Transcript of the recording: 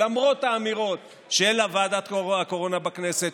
למרות האמירות של ועדת הקורונה בכנסת,